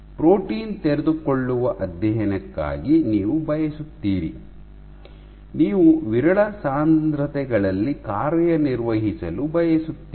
protein ತೆರೆದುಕೊಳ್ಳುವ ಅಧ್ಯಯನಕ್ಕಾಗಿ ನೀವು ಬಯಸುತ್ತೀರಿ ನೀವು ವಿರಳ ಸಾಂದ್ರತೆಗಳಲ್ಲಿ ಕಾರ್ಯನಿರ್ವಹಿಸಲು ಬಯಸುತ್ತೀರಿ